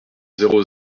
zéro